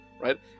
right